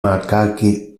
macachi